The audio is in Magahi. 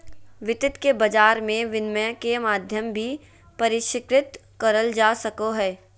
वित्त के बाजार मे विनिमय के माध्यम भी परिष्कृत करल जा सको हय